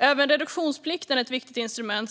Även reduktionsplikten är ett viktigt instrument.